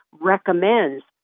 recommends